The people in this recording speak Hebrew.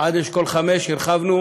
עד אשכול 5, הרחבנו,